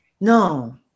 No